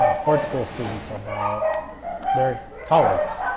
ah ford school students about their colleagues.